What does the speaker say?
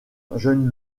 jeune